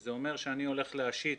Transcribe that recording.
זה אומר אני הולך להשית